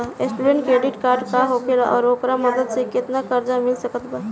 Student credit card का होखेला और ओकरा मदद से केतना कर्जा मिल सकत बा?